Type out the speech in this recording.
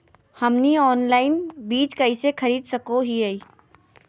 हमनी ऑनलाइन बीज कइसे खरीद सको हीयइ?